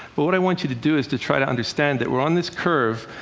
but what i want you to do is to try to understand it. we're on this curve,